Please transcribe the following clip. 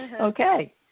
Okay